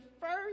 first